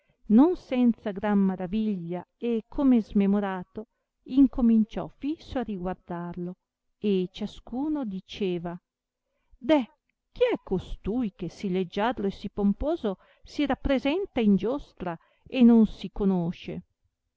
non senza gran maraviglia e come smemorato incominciò fiso a riguardarlo e ciascuno diceva deh chi è costui che sì leggiadro e sì pomposo si rappresenta in giostra e non si conosce